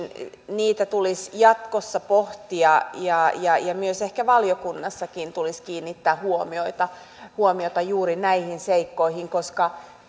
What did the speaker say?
tulisi jatkossa pohtia ja ja myös ehkä valiokunnassakin tulisi kiinnittää huomiota huomiota juuri näihin seikkoihin koska